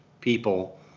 people